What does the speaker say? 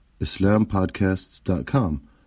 islampodcasts.com